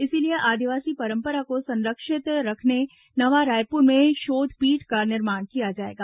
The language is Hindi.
इसलिए आदिवासी पंरपरा को संरक्षित रखने नवा रायपुर में शोधपीठ का निर्माण किया जाएगा